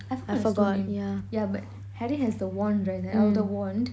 stone name yeah yeah but harry has the wand right the elder wand